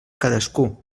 cadascú